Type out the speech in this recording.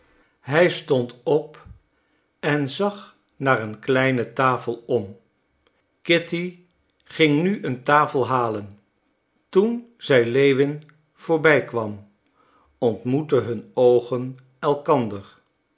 hij stond op en zag naar een kleine tafel om kitty ging nu een tafel halen toen zij lewin voorbij kwam ontmoetten hun oogen elkander